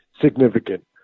significant